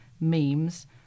memes